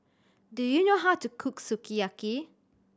do you know how to cook Sukiyaki